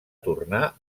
tornar